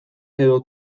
edo